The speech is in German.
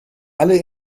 alle